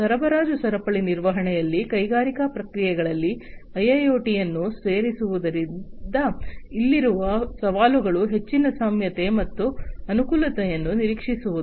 ಸರಬರಾಜು ಸರಪಳಿ ನಿರ್ವಹಣೆಯಲ್ಲಿ ಕೈಗಾರಿಕಾ ಪ್ರಕ್ರಿಯೆಗಳಲ್ಲಿ ಐಐಒಟಿಯನ್ನು ಸೇರಿಸುವುದರಿಂದ ಇಲ್ಲಿರುವ ಸವಾಲುಗಳು ಹೆಚ್ಚಿನ ನಮ್ಯತೆ ಮತ್ತು ಅನುಕೂಲತೆಯನ್ನು ನಿರೀಕ್ಷಿಸುವುದು